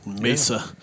Mesa